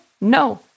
no